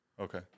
Okay